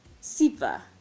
Siva